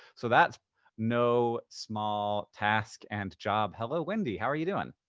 so that's no small task and job. hello, wendy. how are you doing?